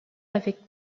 avec